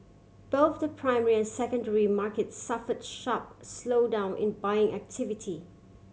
both the primary and secondary markets suffered sharp slowdown in buying activity